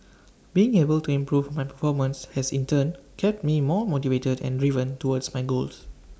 being able to improve my performance has in turn kept me more motivated and driven towards my goals